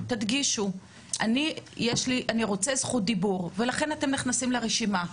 תדגישו שאתם רוצים זכות דיבור וכך אתם נכנסים לרשימה,